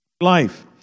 life